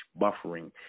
buffering